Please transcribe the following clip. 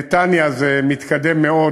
בנתניה זה מתקדם מאוד,